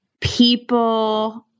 people